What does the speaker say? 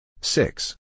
Six